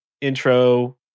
intro